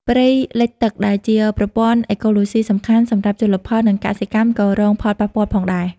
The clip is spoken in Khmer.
ព្រៃលិចទឹកដែលជាប្រព័ន្ធអេកូឡូស៊ីសំខាន់សម្រាប់ជលផល និងកសិកម្មក៏រងផលប៉ះពាល់ផងដែរ។